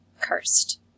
cursed